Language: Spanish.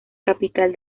capital